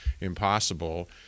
impossible